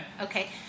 Okay